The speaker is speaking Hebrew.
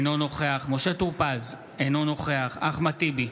אינו נוכח משה טור פז, אינו נוכח אחמד טיבי,